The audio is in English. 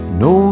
no